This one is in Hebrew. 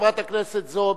זכותך, חברת הכנסת זועבי,